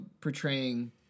portraying